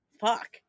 Fuck